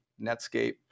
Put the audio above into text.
Netscape